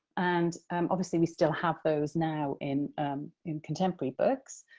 and obviously we still have those now in in contemporary books.